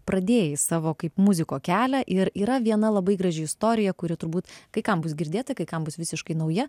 pradėjai savo kaip muziko kelią ir yra viena labai graži istorija kuri turbūt kai kam bus girdėta kai kam bus visiškai nauja